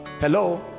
Hello